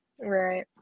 Right